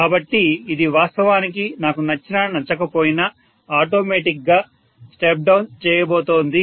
కాబట్టి ఇది వాస్తవానికి నాకు నచ్చినా నచ్చకపోయినా ఆటోమేటిక్ స్టెప్ డౌన్ చేయబోతోంది